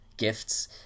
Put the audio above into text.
Gifts